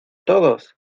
todos